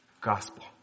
gospel